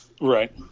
Right